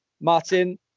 Martin